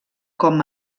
com